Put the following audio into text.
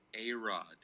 A-Rod